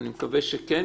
אני מקווה שכן,